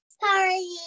party